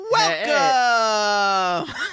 Welcome